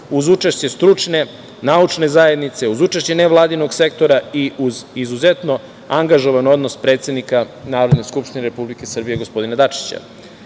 uz učešće stručne naučne zajednice, uz učešće nevladinog sektora i iz izuzetno angažovan odnos predsednika Narodne skupštine Republike Srbije, gospodina